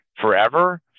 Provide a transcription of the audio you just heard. forever